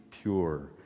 pure